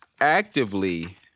actively